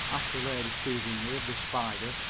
asked the lady soothingly of the spider,